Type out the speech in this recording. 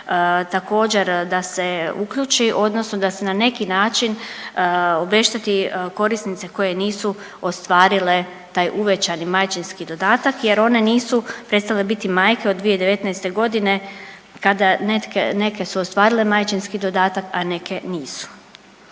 također da se uključi odnosno da se na neki način obešteti korisnice koje nisu ostvarile taj uvećani majčinski dodatak jer one nisu prestale biti majke od 2019.g. kada neke, neke su ostvarile majčinski dodatak, a neke nisu.